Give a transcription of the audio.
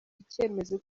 icyemezo